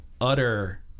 utter